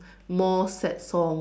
more sad songs